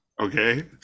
okay